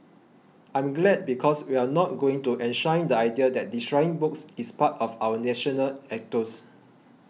I'm glad because we're not going to enshrine the idea that destroying books is part of our national ethos